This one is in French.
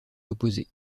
opposées